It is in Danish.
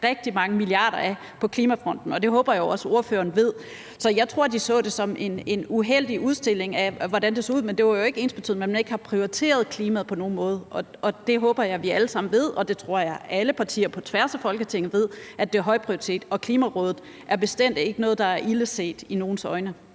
rigtig mange milliarder af på klimafronten, og det håber jeg også ordføreren ved. Så jeg tror, de så det som en uheldig fremstilling, i forhold til hvordan det så ud, men det er jo ikke ensbetydende med, at man ikke har prioriteret klimaet på nogen måde. Jeg håber, vi alle sammen ved – og det tror jeg alle partier på tværs af Folketinget ved – at det har høj prioritet, og Klimarådet er bestemt ikke noget, der er ilde set i nogens øjne.